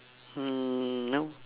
hmm no